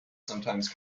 sometimes